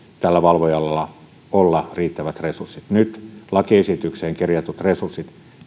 tällä valvojalla olla riittävät resurssit nyt lakiesitykseen kirjatut resurssit